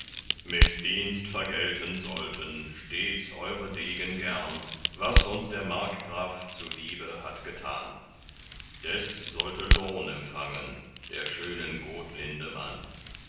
mit dienst vergelten sollten stets eure degen gern was uns der markgraf zuliebe hat getan des sollte lohn empfangen der schönen